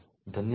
ಧನ್ಯವಾದ